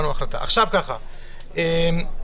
בסעיף של מסירת המידע לקביעת מקומות הקלפי לחייבים בידוד,